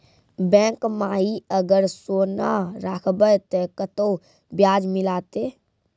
Bank माई अगर सोना राखबै ते कतो ब्याज मिलाते?